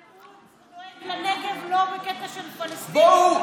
מנסור דואג לנגב לא בקטע של פלסטין,